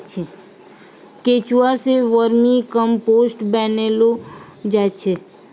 केंचुआ सें vermicompost बनैलो जाय छै